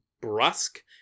brusque